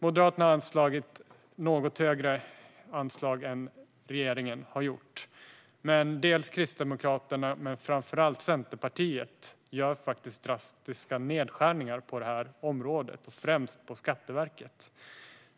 Moderaternas anslag är något högre än regeringens, men Kristdemokraterna och framför allt Centerpartiet gör drastiska nedskärningar på det här området, främst på Skatteverket.